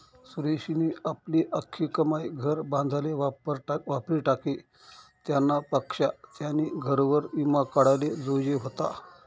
सुरेशनी आपली आख्खी कमाई घर बांधाले वापरी टाकी, त्यानापक्सा त्यानी घरवर ईमा काढाले जोयजे व्हता